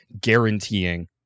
guaranteeing